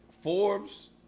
Forbes